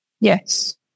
Yes